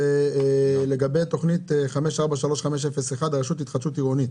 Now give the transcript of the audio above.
לגבי תוכנית 543501, הרשות להתחדשות עירונית.